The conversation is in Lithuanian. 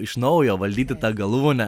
iš naujo valdyti tą galūnę